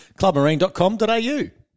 clubmarine.com.au